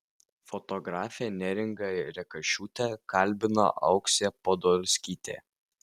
fotografę neringą rekašiūtę kalbina auksė podolskytė